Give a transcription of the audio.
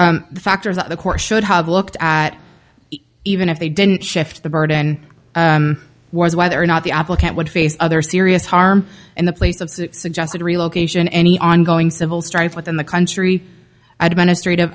that the court should have looked at even if they didn't shift the burden was whether or not the applicant would face other serious harm in the place of suggested relocation any ongoing civil strife within the country administ